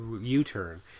U-turn